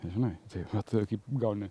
žinai taip vat kaip gauni